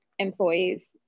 employees